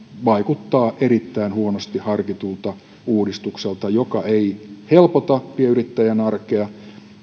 vaikuttaa erittäin huonosti harkitulta uudistukselta joka ei helpota pienyrittäjän arkea